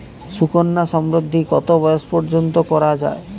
সুকন্যা সমৃদ্ধী কত বয়স পর্যন্ত করা যায়?